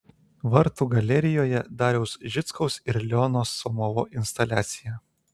vartų galerijoje dariaus žickaus ir leono somovo instaliacija